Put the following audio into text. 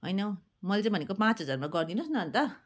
होइ न हौ मैले चाहिँ भनेको पाँच हजारमा गरिदिनुहोस् न अन्त